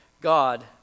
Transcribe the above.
God